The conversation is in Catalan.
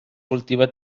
cultiva